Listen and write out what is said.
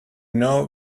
know